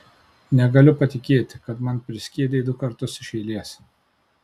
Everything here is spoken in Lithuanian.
negaliu patikėti kad man priskiedei du kartus iš eilės